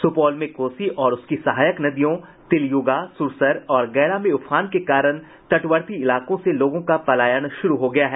सुपौल में कोसी और उसकी सहायक नदियों तिलयुगा सुरसर और गैड़ा में उफान के कारण तटवर्ती इलाकों से लोगों का पलायन श्रू हो गया है